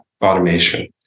automation